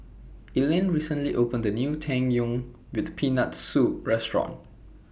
Ellyn recently opened A New Tang Yuen with Peanut Soup Restaurant